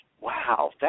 Wow